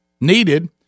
needed